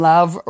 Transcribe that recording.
Love